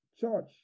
church